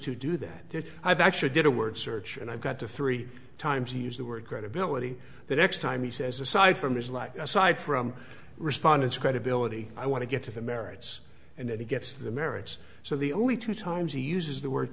do that i've actually did a word search and i've got to three times use the word credibility the next time he says aside from his life aside from respondents credibility i want to get to the merits and that he gets the merits so the only two times he uses the word